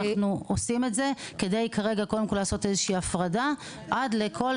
אנחנו עושים את זה כדי לעשות איזושהי הפרדה עד לכל